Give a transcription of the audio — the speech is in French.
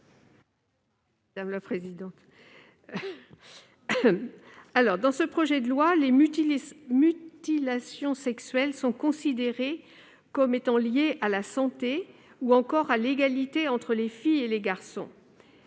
Mme Claudine Lepage. Dans ce projet de loi, les mutilations sexuelles sont considérées comme étant liées à la santé ou encore à l'égalité entre les filles et les garçons.